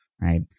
right